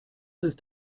ist